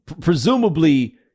presumably